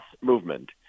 movement